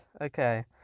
Okay